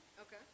Okay